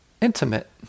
intimate